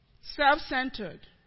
Self-centered